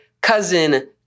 cousin